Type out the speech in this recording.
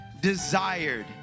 desired